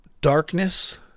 darkness